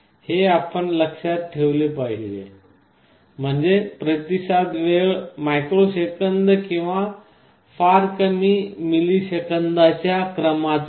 हे आपण लक्षात ठेवले पाहिजे म्हणजे प्रतिसाद वेळ मायक्रो सेकंद किंवा फार कमी मिलिसेकंदांच्या क्रमाचा नाही